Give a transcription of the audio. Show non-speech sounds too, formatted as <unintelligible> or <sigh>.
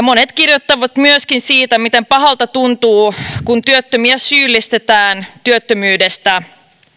<unintelligible> monet kirjoittavat myöskin siitä miten pahalta tuntuu kun työttömiä syyllistetään työttömyydestä